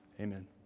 Amen